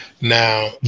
Now